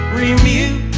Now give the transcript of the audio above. remute